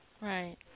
Right